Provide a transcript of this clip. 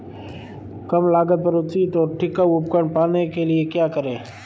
कम लागत पर उचित और टिकाऊ उपकरण पाने के लिए क्या करें?